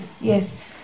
Yes